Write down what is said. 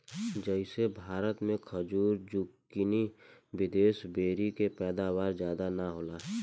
जइसे भारत मे खजूर, जूकीनी, विदेशी बेरी के पैदावार ज्यादा ना होला